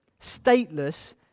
stateless